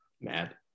Mad